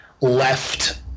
left